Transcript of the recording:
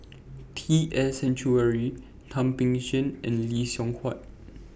T S Sinnathuray Thum Ping Tjin and Lee Seng Huat